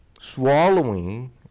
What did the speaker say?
swallowing